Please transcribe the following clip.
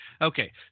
Okay